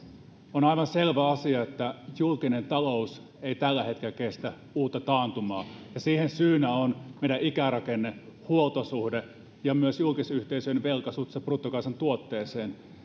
on aivan selvä asia että julkinen talous ei tällä hetkellä kestä uutta taantumaa ja siihen syynä on meidän ikärakenne huoltosuhde ja myös julkisyhteisön velka suhteessa bruttokansantuotteeseen